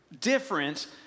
different